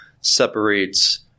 separates